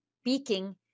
speaking